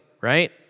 right